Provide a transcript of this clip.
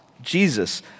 Jesus